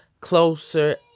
closer